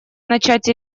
начать